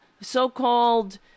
so-called –